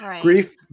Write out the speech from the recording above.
grief